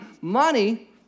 Money